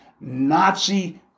Nazi